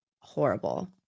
horrible